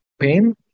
pain